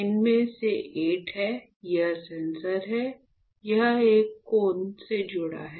इनमें से 8 है यह सेंसर है यह एक कोन से जुड़ा है